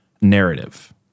narrative